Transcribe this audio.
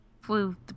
Flew